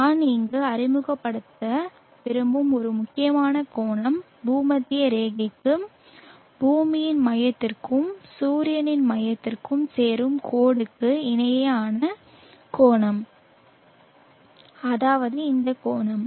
நான் இங்கு அறிமுகப்படுத்த விரும்பும் ஒரு முக்கியமான கோணம் பூமத்திய ரேகைக்கும் பூமியின் மையத்திற்கும் சூரியனின் மையத்திற்கும் சேரும் கோடுக்கு இடையேயான கோணம் அதாவது இந்த கோணம்